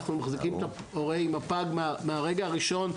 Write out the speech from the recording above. אנחנו מחזיקים את ההורה עם הפג מהרגע הראשון,